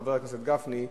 חבר הכנסת גפני.